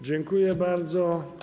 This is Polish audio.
Dziękuję bardzo.